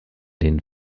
den